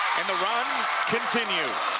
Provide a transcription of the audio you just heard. and the run continues